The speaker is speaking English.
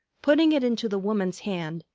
putting it into the woman's hand,